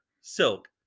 silk